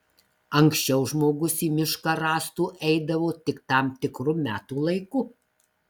anksčiau žmogus į mišką rąstų eidavo tik tam tikru metų laiku